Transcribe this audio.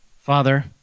Father